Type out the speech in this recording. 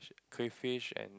crayfish and